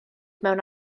mewn